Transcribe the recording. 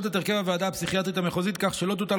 את הרכב הוועדה הפסיכיאטרית המחוזית כך שלא תוטל